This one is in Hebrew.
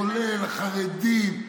כולל חרדים,